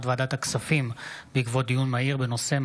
ועדת הכספים בעקבות דיון מהיר בהצעתם